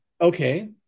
Okay